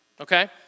okay